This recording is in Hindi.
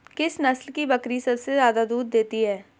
किस नस्ल की बकरी सबसे ज्यादा दूध देती है?